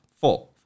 four